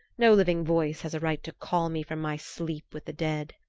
no living voice has a right to call me from my sleep with the dead.